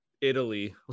Italy